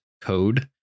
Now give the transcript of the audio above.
code